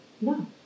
No